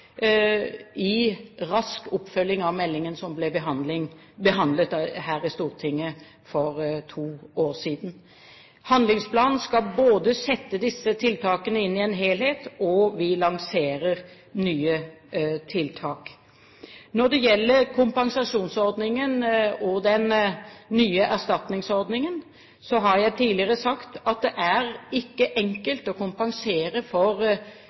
i rask oppfølging av meldingen som ble behandlet her i Stortinget for to år siden. Handlingsplanen skal sette disse tiltakene inn i en helhet, og vi lanserer nye tiltak. Når det gjelder kompensasjonsordningen og den nye erstatningsordningen, har jeg tidligere sagt at det ikke er enkelt å kompensere for